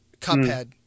Cuphead